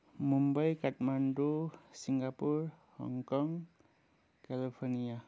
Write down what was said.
Mumbai Kathmandu Singapore Hong Kong California